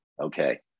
Okay